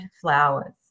flowers